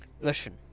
listen